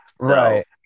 Right